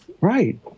Right